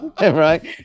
Right